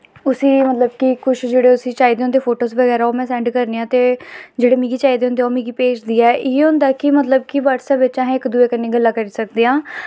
उस्सी मतलव कि उस्सी कुछ जेह्ड़े चाहिदे होंदे फोटोस बगैरा में उस्सी सैंड करनी आं ते जेह्ड़े मिगी चाहिदे होंदे न ओह् मिगी भेजदी ऐ इयो होंदा ऐ कि ब्हाटसैप बिच्च इक दुए कन्नै गल्लां करी सकदे आं